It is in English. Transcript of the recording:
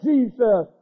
Jesus